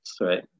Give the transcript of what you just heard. right